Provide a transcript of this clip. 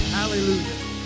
Hallelujah